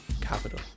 capital